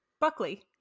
Buckley